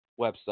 website